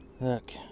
Look